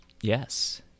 Yes